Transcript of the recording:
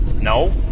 No